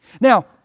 Now